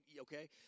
Okay